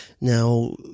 Now